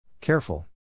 Careful